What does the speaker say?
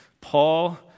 Paul